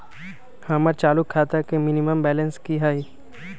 हमर चालू खाता के मिनिमम बैलेंस कि हई?